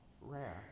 rare